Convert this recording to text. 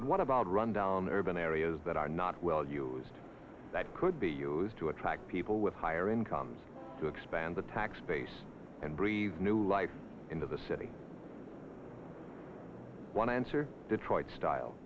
but what about rundown urban areas that are not well used that could be used to attract people with higher incomes to expand the tax base and breed new life into the city one answer detroit style